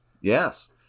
yes